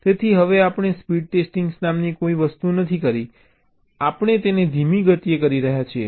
તેથી આપણે speed testing નામની કોઈ વસ્તુ નથી કરી રહ્યા આપણે તેને ધીમી ગતિએ કરી રહ્યા છીએ